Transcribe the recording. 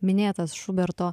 minėtas šuberto